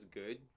good